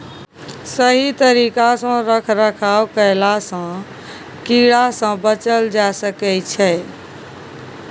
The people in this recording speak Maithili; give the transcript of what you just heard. सही तरिका सँ रख रखाव कएला सँ कीड़ा सँ बचल जाए सकई छै